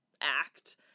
act